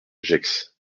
gex